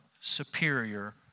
superior